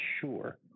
sure